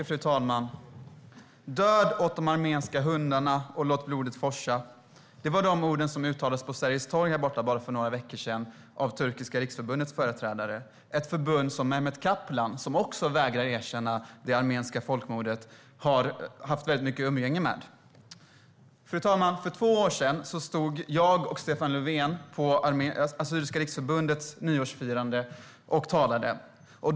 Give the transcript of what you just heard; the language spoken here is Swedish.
Fru talman! Död åt de armeniska hundarna, och låt blodet forsa! Det var de ord som uttalades på Sergels torg för några veckor sedan av Turkiska riksförbundets företrädare. Det är ett förbund som Mehmet Kaplan, som också vägrar erkänna det armeniska folkmordet, har haft väldigt mycket umgänge med. Fru talman! För två år sedan stod jag och Stefan Löfven på Assyriska riksförbundets nyårsfirande och talade.